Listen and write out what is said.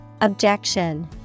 Objection